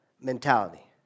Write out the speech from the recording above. mentality